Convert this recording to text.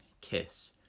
Kiss